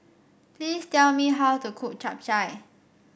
please tell me how to cook Chap Chai